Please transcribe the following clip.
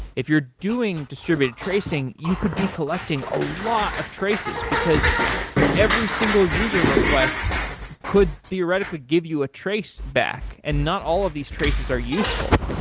if you're doing distributed tracing, you could be collecting a lot of traces, because every single user request could theoretically give you a trace back and not all of these traces are useful,